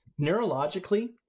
neurologically